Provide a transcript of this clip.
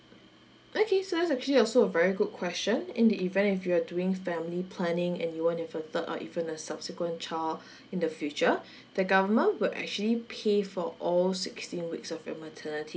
okay so that's actually also a very good question in the event if you're doing family planning and you want have a third or even a subsequent child in the future the government will actually pay for all sixteen weeks of your maternity